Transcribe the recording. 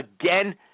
again